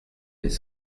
les